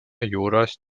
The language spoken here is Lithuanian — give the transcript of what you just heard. jūros